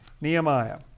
Nehemiah